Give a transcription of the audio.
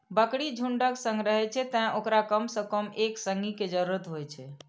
बकरी झुंडक संग रहै छै, तें ओकरा कम सं कम एक संगी के जरूरत होइ छै